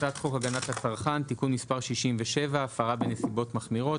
"הצעת חוק הגנת הצרכן (תיקון מס' 67) (הפרה בנסיבות מחמירות),